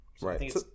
Right